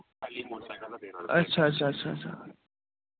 अच्छा अच्छा अच्छा अच्छा